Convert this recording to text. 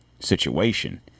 situation